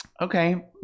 Okay